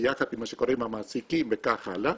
ביחד עם מה שקורה עם המעסיקים וכך הלאה,